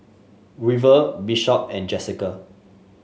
River Bishop and Jesica